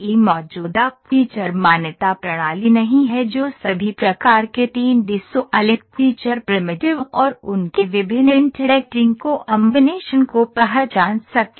कोई मौजूदा फीचर मान्यता प्रणाली नहीं है जो सभी प्रकार के 3 डी सॉलिड फीचर प्रिमिटिव और उनके विभिन्न इंटरेक्टिंग कॉम्बिनेशन को पहचान सके